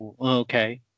Okay